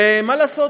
מה לעשות,